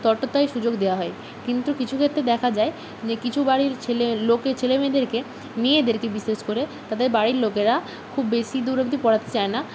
ততটাই সুযোগ দেওয়া হয় কিন্তু কিছু ক্ষেত্রে দেখা যায় যে কিছু বাড়ির ছেলে লোকে ছেলেমেয়েদেরকে মেয়েদেরকে বিশেষ করে তাদের বাড়ির লোকেরা খুব বেশি দূর অবধি পড়াতে চায় না